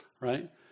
right